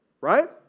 right